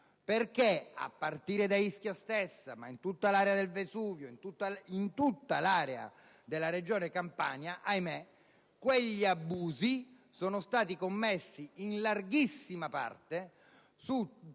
che, a partire da Ischia stessa ma in tutta l'area del Vesuvio e in tutta l'area della Regione Campania, quegli abusi sono stati commessi in larghissima parte su